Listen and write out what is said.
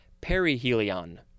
perihelion